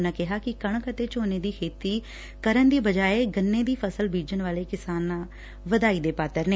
ਉਨੂੰ ਕਿਹਾ ਕਿ ਕਣਕ ਅਤੇ ਝੋਨੇ ਦੀ ਖੇਤੀ ਕਰਨ ਦੀ ਬਜਾਏ ਗੰਨੇ ਦੀ ਫਸਲ ਬੀਜਣ ਵਾਲੇ ਕਿਸਾਨ ਵਧਾਈ ਦੇ ਪਾਂਤਰ ਨੇ